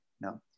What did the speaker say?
No